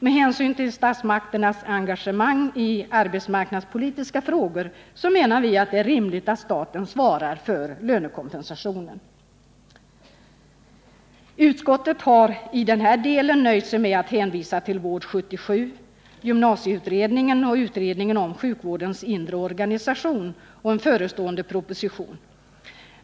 Med hänsyn till statsmakternas engagemang i arbetsmarknadspolitiska frågor är det rimligt att staten svarar för lönekompensationen. Utskottet har i den här delen nöjt sig med att hänvisa till VÅRD 77, gymnasieutredningen och utredningen om sjukvårdens inre organisation samt en förestående proposition.